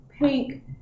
pink